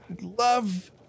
love